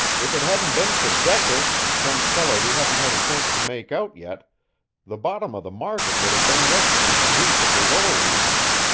if it hadn't been for decker and some fellow we haven't had a chance to make out yet the bottom of the market would have been resting on the roof of the lower regions.